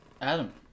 Adam